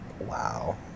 wow